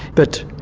but